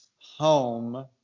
home